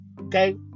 Okay